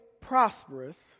prosperous